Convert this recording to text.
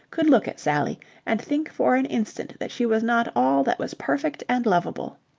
could look at sally and think for an instant that she was not all that was perfect and lovable?